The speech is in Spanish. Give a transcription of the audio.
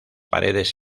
paredes